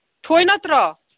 ꯊꯣꯏ ꯅꯠꯇ꯭ꯔꯣ